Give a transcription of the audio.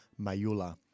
Mayula